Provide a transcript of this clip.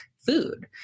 food